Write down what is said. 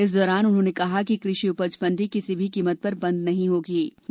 इस दौरान उन्होंने कहा कि कृषि उपज मंडी किसी भी कीमत पर बंद नही होगीं